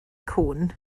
cŵn